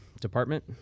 department